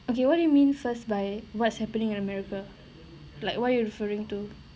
okay what do you mean first by what's happening in america like what you referring to